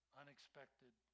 unexpected